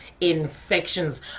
infections